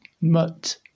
mut